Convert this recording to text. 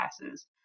passes